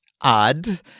odd